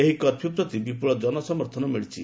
ଏହି କର୍ଫ୍ୟୁ ପ୍ରତି ବିପୁଳ ଜନ ସମର୍ଥନ ମିଳିଛି